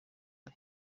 ari